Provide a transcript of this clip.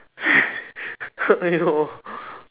!aiyo!